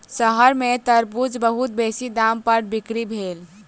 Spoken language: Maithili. शहर में तरबूज बहुत बेसी दाम पर बिक्री भेल